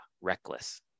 reckless